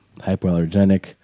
hypoallergenic